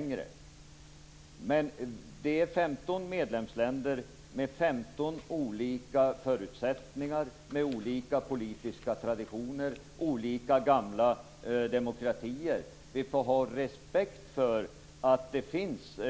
Men det handlar om 15 medlemsländer med olika förutsättningar, med olika politiska traditioner och med olika gamla demokratier. Vi får ha respekt för att det finns